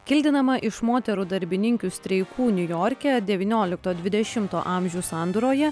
kildinama iš moterų darbininkių streikų niujorke devyniolikto dvidešimto amžių sandūroje